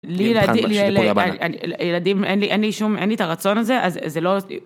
לי ילדים אין לי אין לי שום אין לי את הרצון הזה אז זה לא זה